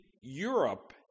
Europe